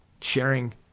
sharing